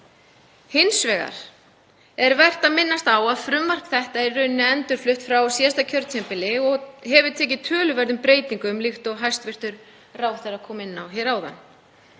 Hins vegar er vert að minnast á að frumvarp þetta er í raun endurflutt frá síðasta kjörtímabili. Það hefur tekið töluverðum breytingum líkt og hæstv. ráðherra kom inn á áðan.